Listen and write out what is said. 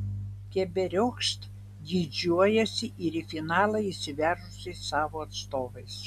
keberiokšt didžiuojasi ir į finalą išsiveržusiais savo atstovais